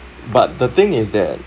but the thing is that